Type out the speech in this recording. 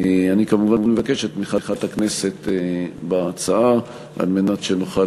אני כמובן מבקש את תמיכת הכנסת בהצעה על מנת שנוכל